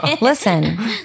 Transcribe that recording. Listen